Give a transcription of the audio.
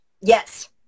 Yes